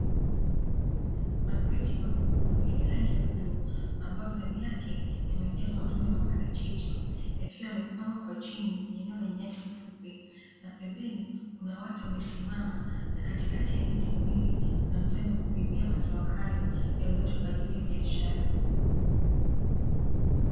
Makreti makubwa yenye rangi ya bluu, ambayo ndani yake yamejazwa matunda ya maparachichi, yakiwa yamepangwa kwa chini kwenye eneo lenye nyasi fupi na pembeni kuna watu wamesimama na katikati ya miti miwili kuna mzani wa kupimia mazao hayo, yaliyoletwa kwa ajili ya biashara.